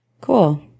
Cool